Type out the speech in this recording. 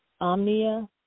Omnia